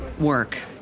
work